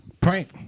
prank